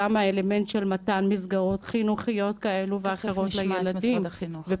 גם האלמנט של מתן מסגרות חינוכיות כאלה ואחרות לילדים,